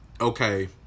okay